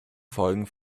folgen